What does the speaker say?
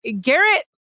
Garrett